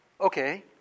Okay